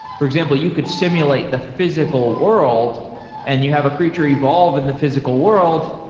for example, you could simulate the physical world and you have a creature evolve in the physical world,